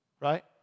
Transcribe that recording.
right